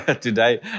today